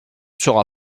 sera